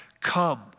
come